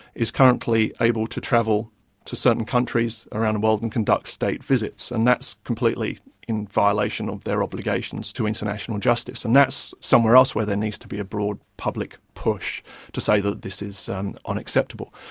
is currently able to travel to certain countries around the world and conduct state visits, and that's completely in violation of their obligations to international justice, and that's somewhere else where there needs to be a broad public push to say that this is unacceptable.